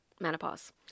menopause